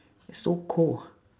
it's so cold